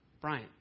Brian